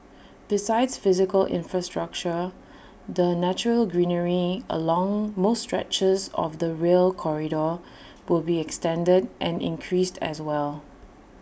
besides physical infrastructure the natural greenery along most stretches of the rail corridor will be extended and increased as well